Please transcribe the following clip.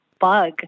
bug